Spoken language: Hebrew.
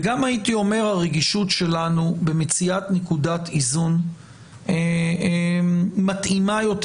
וגם הייתי אומר הרגישות שלנו במציאת נקודת איזון מתאימה יותר.